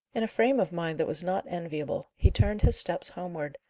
in a frame of mind that was not enviable, he turned his steps homeward,